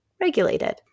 regulated